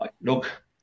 look